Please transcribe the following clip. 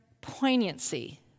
poignancy